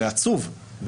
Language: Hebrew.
זה עצוב.